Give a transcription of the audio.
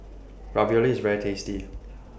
Ravioli IS very tasty